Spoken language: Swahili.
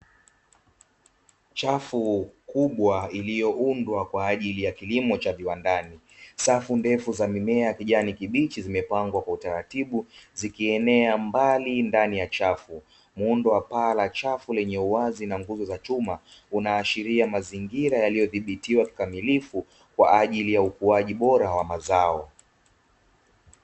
Chafu kubwa iliyoundwa kwa ajili ya kilimo cha viwandani safu ndefu za mimea ya kijani kibichi zimepangwa kwa utaratibu zikienea mbali ndani ya chafu, muundo wa paa la chafu lenye uwazi na nguzo za chuma unaashiria mazingira yaliyodhibitiwa kikamilifu kwa ajili ya ukuaji bora wa mazao.